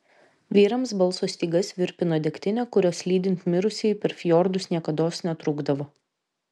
vyrams balso stygas virpino degtinė kurios lydint mirusįjį per fjordus niekados netrūkdavo